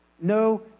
No